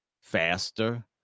faster